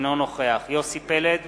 אינו נוכח יוסי פלד,